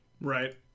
Right